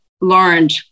learned